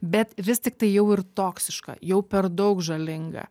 bet vis tiktai jau ir toksiška jau per daug žalinga